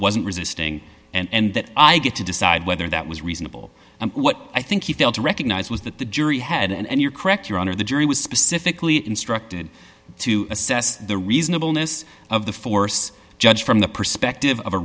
wasn't resisting and that i get to decide whether that was reasonable and what i think he failed to recognize was that the jury had and you're correct your honor the jury was specifically instructed to assess the reasonableness of the force judge from the perspective of a